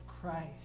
Christ